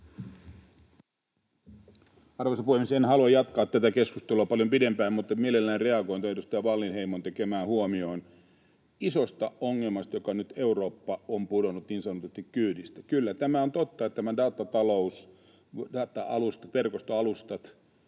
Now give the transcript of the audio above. Arvoisa puhemies! En halua jatkaa tätä keskustelua paljon pidempään, mutta mielelläni reagoin tuohon edustaja Wallinheimon tekemään huomioon isosta ongelmasta ja siitä, että Eurooppa on nyt pudonnut niin sanotusti kyydistä. Kyllä tämä on totta, että tämä datatalous, data-alustat, verkostoalustat